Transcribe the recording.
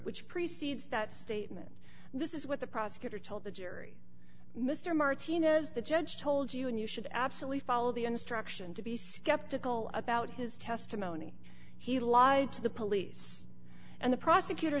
which preceded that statement this is what the prosecutor told the jury mr martinez the judge told you and you should absolutely follow the instruction to be skeptical about his testimony he lied to the police and the prosecutor